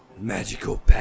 magical